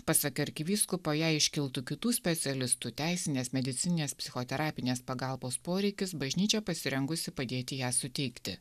pasak arkivyskupo jei iškiltų kitų specialistų teisinės medicininės psichoterapinės pagalbos poreikis bažnyčia pasirengusi padėti ją suteikti